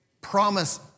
promise